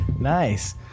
Nice